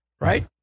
right